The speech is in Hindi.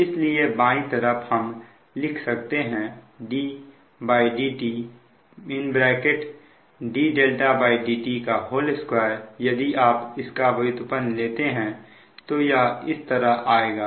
इसलिए बाईं तरफ हम लिख सकते हैं ddt dδdt 2 यदि आप इसका व्युत्पन्न लेते हैं तो यह इस तरह आएगा